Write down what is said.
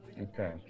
Okay